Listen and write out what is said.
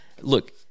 look